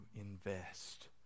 invest